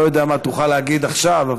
לא יודע מה תוכל להגיד עכשיו,